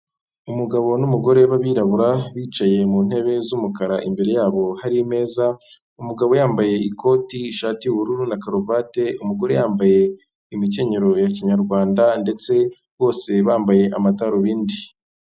Umugabo n'umugore b'abirabura, bicaye mu ntebe z'umukara, imbere yabo hari ameza, umugabo yambaye ikoti, ishati y'ubururu na karuvati, umugore yambaye imikenyero ya kinyarwanda ndetse bose bambaye amadarubindi.